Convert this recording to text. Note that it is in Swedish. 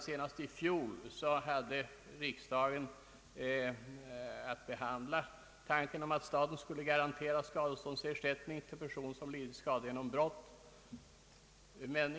Senast i fjol avvisade riksdagen tanken att staten skulle garantera skadeståndsersättning till person som blivit skadad genom brott.